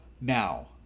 Now